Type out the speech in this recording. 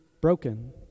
broken